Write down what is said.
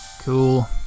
Cool